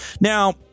Now